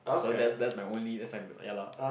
so that's that's my only that's my ya lah